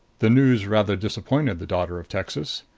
the news rather disappointed the daughter of texas.